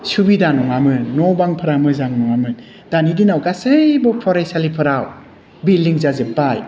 सुबिदा नङामोन न' बांफ्रा मोजां नङामोन दानि दिनाव गासैबो फरायसालिफोराव बिल्डिं जाजोब्बाय